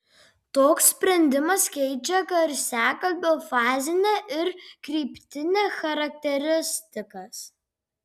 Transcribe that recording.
toks sprendimas keičia garsiakalbio fazinę ir kryptinę charakteristikas